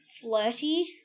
flirty